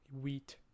Wheat